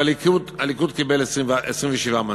והליכוד קיבל 27 מנדטים.